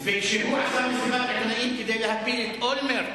וכשהוא עשה מסיבת עיתונאים כדי להפיל את אולמרט,